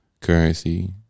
Currency